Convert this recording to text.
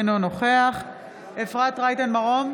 אינו נוכח אפרת רייטן מרום,